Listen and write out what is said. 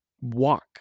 walk